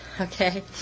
okay